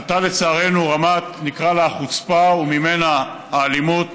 עלתה לצערנו רמת, נקרא לה חוצפה, וממנה, האלימות